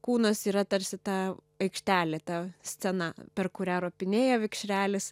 kūnas yra tarsi ta aikštelė ta scena per kurią ropinėja vikšrelis